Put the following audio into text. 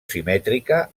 simètrica